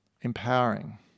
empowering